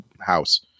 house